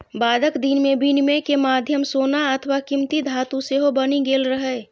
बादक दिन मे विनिमय के माध्यम सोना अथवा कीमती धातु सेहो बनि गेल रहै